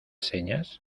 señas